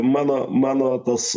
mano mano tas